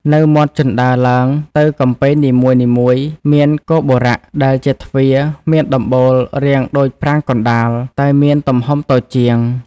នៅមាត់ជណ្តើរឡើងទៅកំពែងនីមួយៗ មានគោបុរៈ ដែលជាទ្វារមានដំបូលរាងដូចប្រាង្គកណ្តាល តែមានទំហំតូចជាង។